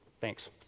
Thanks